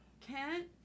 Kent